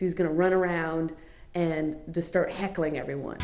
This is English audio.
who's going to run around and disturb heckling everyone